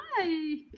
hi